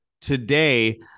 today